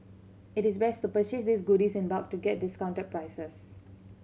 it is best to purchase these goodies in bulk to get discounted prices